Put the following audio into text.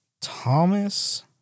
Thomas